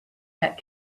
that